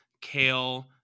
Kale